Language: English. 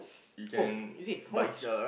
!woah! is it how much